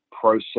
process